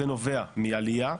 זה נובע מעליה,